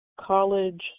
college